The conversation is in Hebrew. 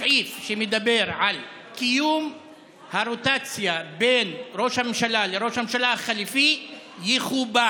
הסעיף שמדבר על קיום הרוטציה בין ראש הממשלה לראש הממשלה החליפי יכובד.